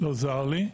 לא זר לי.